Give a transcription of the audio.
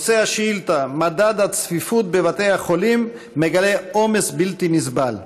נושא השאילתה: מדד הצפיפות בבתי החולים מגלה עומס בלתי נסבל.